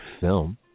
film